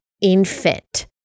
infant